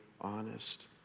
honest